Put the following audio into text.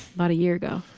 about a year ago.